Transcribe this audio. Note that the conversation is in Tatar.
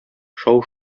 шау